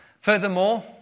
Furthermore